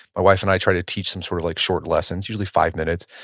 my wife and i try to teach some sort of like short lessons, usually five minutes.